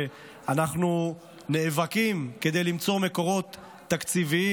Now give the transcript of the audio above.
כשאנחנו נאבקים כדי למצוא מקורות תקציביים,